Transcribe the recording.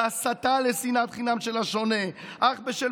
בהסתה לשנאת חינם של השונה אך בשל